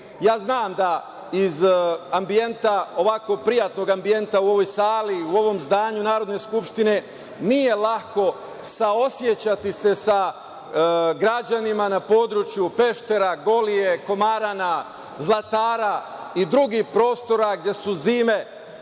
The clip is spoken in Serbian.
znam da iz ovako prijatnog ambijenta u ovoj sali i u ovom zdanju Narodne skupštine nije lako saosećati se sa građanima na području Peštera, Golije, Komarana, Zlatara i drugih prostora gde su zime,